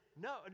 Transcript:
No